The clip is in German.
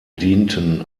dienten